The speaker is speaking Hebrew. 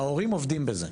ההורים עובדים בזה.